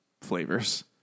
flavors